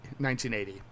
1980